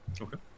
Okay